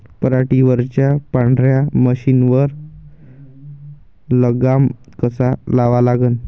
पराटीवरच्या पांढऱ्या माशीवर लगाम कसा लावा लागन?